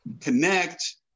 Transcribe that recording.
connect